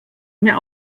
mehr